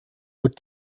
would